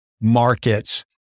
markets